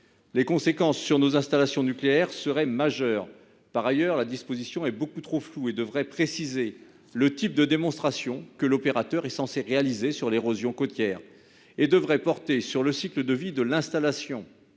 Les conséquences sur nos installations nucléaires seraient majeures. Par ailleurs, la disposition est beaucoup trop floue. Elle devrait préciser le type de démonstrations que l'opérateur est censé réaliser sur l'érosion côtière et porter sur le cycle de vie de l'installation,